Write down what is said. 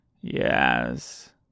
Yes